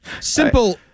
Simple